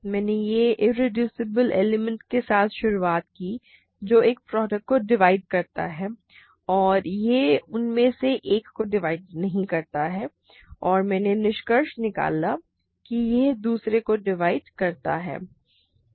मैंने एक irreducible element के साथ शुरुआत की जो एक प्रोडक्ट को डिवाइड करता है और यह उनमें से एक को डिवाइड नहीं करता है और मैंने निष्कर्ष निकाला है कि यह दूसरे को डिवाइड करता है